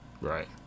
Right